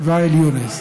ואאל יונס.